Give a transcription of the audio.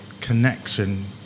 connection